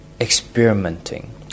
experimenting